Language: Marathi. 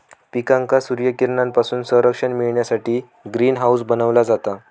पिकांका सूर्यकिरणांपासून संरक्षण मिळण्यासाठी ग्रीन हाऊस बनवला जाता